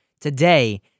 today